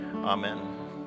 Amen